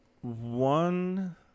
one